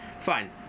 Fine